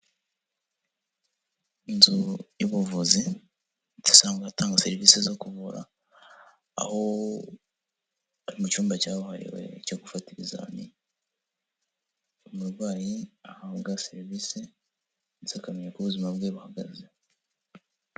Inzu y'ubuvuzi idasanzwe itanga serivisi zo kuvura aho ari mu cyumba cyabuhariwe cyo gufata ibizami, umurwayi ahabwa serivisi ndetse akamenya uko ubuzima bwe buhagaze.